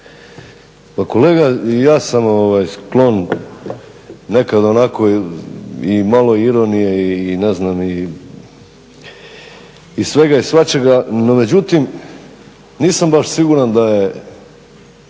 Pa kolega i ja sam sklon nekad onako i malo ironije i ne znam i svega i svačega no međutim nisam baš siguran da je